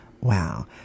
Wow